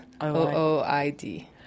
O-O-I-D